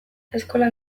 eskolak